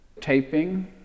taping